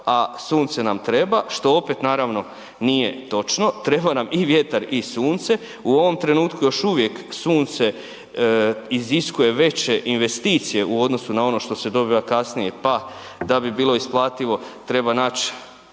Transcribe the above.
a sunce nam treba što opet naravno nije točno. Treba nam i vjetar i sunce. U ovom trenutku još uvijek sunce iziskuje veće investicije odnosu na ono što se dobiva kasnije, pa da bi bilo isplativo treba naći